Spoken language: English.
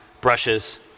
brushes